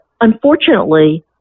unfortunately